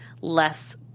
less